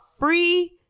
free